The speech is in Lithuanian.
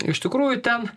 iš tikrųjų ten